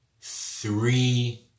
three